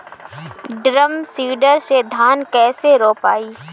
Drum seeder से धान कैसे रोपाई?